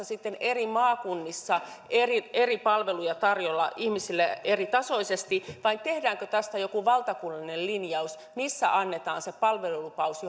sitten eri maakunnissa eri eri palveluja tarjolla ihmisille eritasoisesti vai tehdäänkö tästä joku valtakunnallinen linjaus jossa annetaan se palvelulupaus